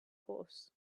horse